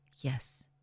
Yes